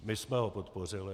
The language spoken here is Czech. My jsme ho podpořili.